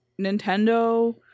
Nintendo